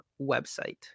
website